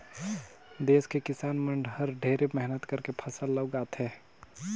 देस के किसान मन हर ढेरे मेहनत करके फसल ल उगाथे